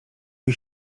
ich